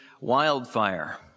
wildfire